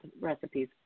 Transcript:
recipes